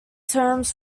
terms